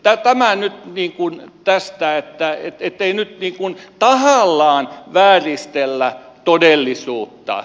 tämä nyt tästä ettei nyt tahallaan vääristellä todellisuutta